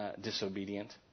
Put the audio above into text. disobedient